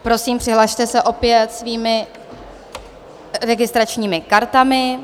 Prosím, přihlaste se opět svými registračními kartami.